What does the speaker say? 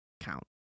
count